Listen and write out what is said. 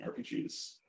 RPGs